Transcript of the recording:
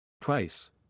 Price